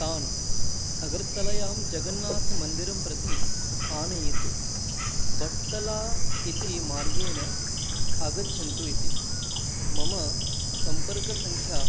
तान् अगर्तलायां जगन्नाथमन्दिरं प्रति आनयतु बत्तला इति मार्गेण आगच्छन्तु इति मम सम्पर्कसङ्ख्या